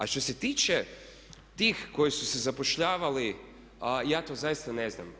A što se tiče tih koji su se zapošljavali ja to zaista ne znam.